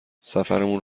سفرمون